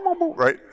right